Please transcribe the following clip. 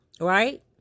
right